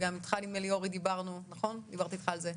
וגם איתך אורי דיברתי על זה,